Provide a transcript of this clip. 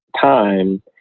time